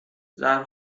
زهرا